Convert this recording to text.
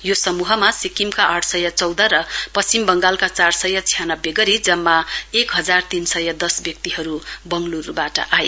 यो समूहमा सिक्किमका आठ सय चौध र पश्चिम बंगाल चार सय छ्यानब्बे गरी जम्मा एक हजार तीन सय दस व्यक्तिहरू बंगलुरूबाट आए